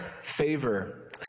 favor